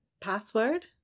Password